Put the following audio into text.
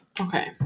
Okay